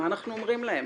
מה אנחנו אומרים להם?